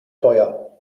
teuer